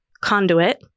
conduit